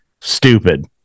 stupid